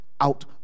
out